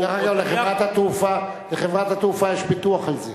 דרך אגב, לחברת התעופה יש ביטוח על זה,